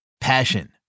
Passion